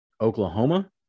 Oklahoma